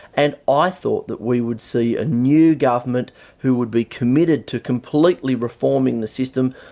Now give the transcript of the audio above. and i thought that we would see a new government who would be committed to completely reforming the system,